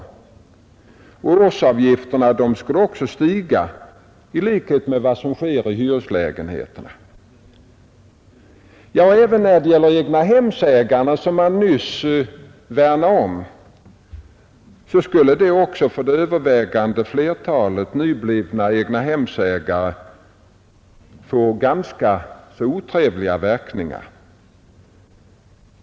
Även årsavgifterna skulle stiga i likhet med vad som skulle ske i hyreslägenheterna. Ja, detta skulle få ganska otrevliga verkningar också för övervägande flertalet nyblivna egnahemsägare, som man nyss värnade om.